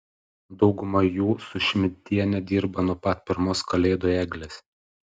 dauguma jų su šmidtiene dirba nuo pat pirmos kalėdų eglės